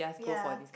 ya